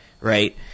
right